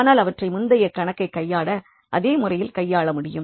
ஆனால் அவற்றை முந்தைய கணக்கை கையாண்ட அதே முறையில் கையாள முடியும்